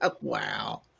Wow